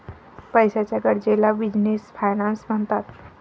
पैशाच्या गरजेला business finance म्हणतात